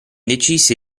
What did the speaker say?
decise